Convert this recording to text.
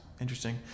interesting